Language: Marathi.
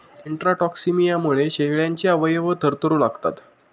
इंट्राटॉक्सिमियामुळे शेळ्यांचे अवयव थरथरू लागतात